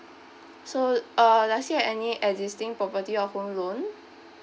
so uh does he have any existing property or home loan